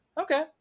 Okay